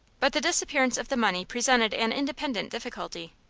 but the disappearance of the money presented an independent difficulty.